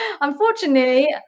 unfortunately